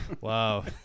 Wow